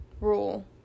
rule